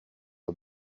are